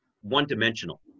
one-dimensional